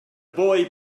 boy